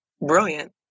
brilliant